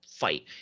fight